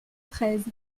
treize